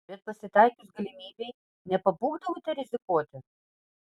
bet pasitaikius galimybei nepabūgdavote rizikuoti